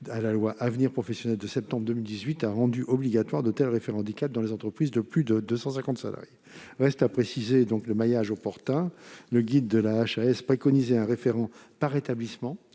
son avenir professionnel de septembre 2018 a rendu obligatoires de tels référents « handicap » dans les entreprises de plus de deux cent cinquante salariés. Reste à préciser le maillage opportun. Le guide de la HAS préconisait un référent par établissement